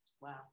Wow